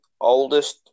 oldest